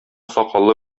сакаллы